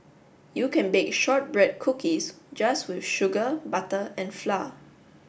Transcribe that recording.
you can bake shortbread cookies just with sugar butter and flour